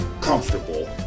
comfortable